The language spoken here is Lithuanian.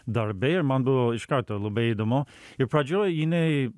darbei ir man buvo iš karto labai įdomu ir pradžioj jinai